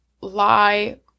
lie